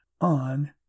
on